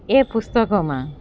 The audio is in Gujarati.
એ પુસ્તકોમાં